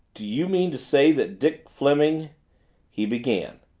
do you mean to say that dick fleming he began.